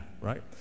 right